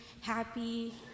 happy